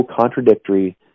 contradictory